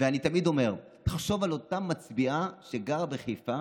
אני תמיד אומר: תחשוב על אותה מצביעה שגרה בחיפה